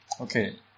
Okay